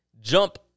jump